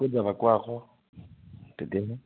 ক'ত যাবা কোৱা আক তেতিয়াহে